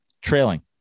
trailing